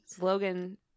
Logan